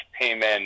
payment